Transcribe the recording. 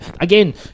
Again